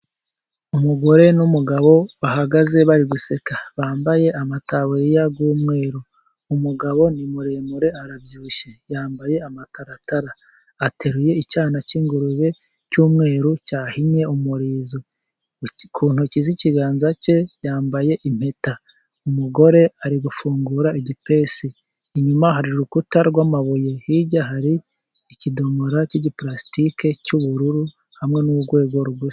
Umugore n'umugabo bahagaze bari guseka, bambaye amataburiya y'umweru, umugabo ni muremure, arabyibushye, yambaye amataratara, ateruye icyana cy'ingurube cy'umweru, cyahinye umurizo, ku ntoki z'ikiganza cye yambaye impeta, umugore ari gufungura igipesi, inyuma hari urukuta rw'amabuye, hirya hari ikidomora cy'igiparasitike cy'ubururu, hamwe n'urwego rugufi.